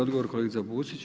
Odgovor kolegica Pusić.